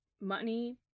money